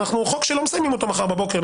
למיטב ידיעתי זה חוק שלא מסיימים אותו מחר בבוקר.